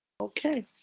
Okay